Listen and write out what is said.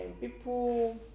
People